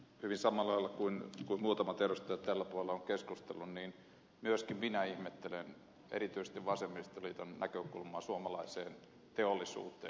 hyvin samalla lailla kuin muutamat edustajat tällä puolella ovat keskustelleet myöskin minä ihmettelen erityisesti vasemmistoliiton näkökulmaa suomalaiseen teollisuuteen